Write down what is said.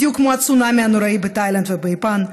בדיוק כמו הצונאמי הנוראי בתאילנד וביפן,